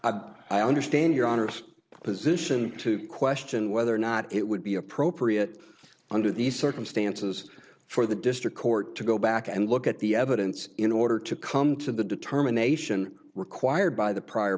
but i understand your honour's position to question whether or not it would be appropriate under these circumstances for the district court to go back and look at the evidence in order to come to the determination required by the prior